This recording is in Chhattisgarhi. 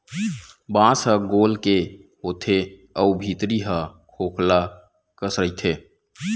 बांस ह गोल के होथे अउ भीतरी ह खोखला कस रहिथे